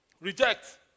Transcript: Reject